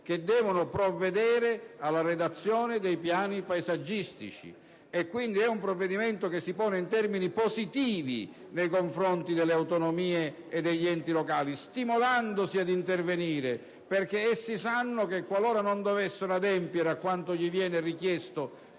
che devono provvedere alla redazione dei piani paesaggistici. Quindi, è un provvedimento che si pone in termini positivi nei confronti delle autonomie e degli enti locali, stimolandoli ad intervenire perché essi sanno che, qualora non dovessero adempiere a quanto gli viene richiesto